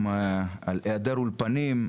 גם על היעדר אולפנים,